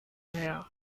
her